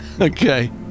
Okay